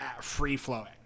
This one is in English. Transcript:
free-flowing